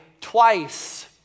twice